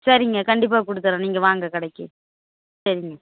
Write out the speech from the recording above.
சரிங்க கண்டிப்பாக கொடுத்துட்றேன் நீங்கள் வாங்க கடைக்கு சரிங்க